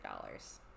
dollars